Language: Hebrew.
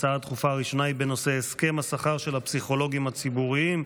ההצעה הדחופה הראשונה היא בנושא הסכם השכר של הפסיכולוגים הציבוריים.